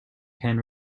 can